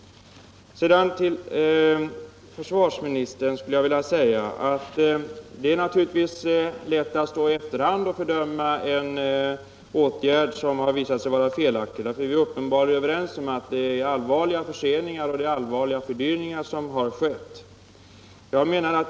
Till försvarsministern vill jag säga, att det naturligtvis är lätt att i efterhand fördöma en åtgärd som har visat sig vara felaktig. Vi är ju uppenbart överens om att det är allvarliga förseningar och fördyringar som har skett.